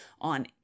on